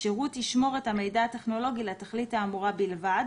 השירות ישמור את המידע הטכנולוגי לתכלית האמורה בלבד